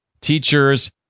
teachers